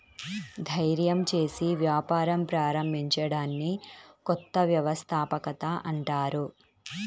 ధైర్యం చేసి వ్యాపారం ప్రారంభించడాన్ని కొత్త వ్యవస్థాపకత అంటారు